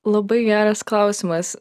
labai geras klausimas